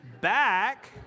back